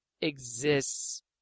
exists